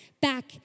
back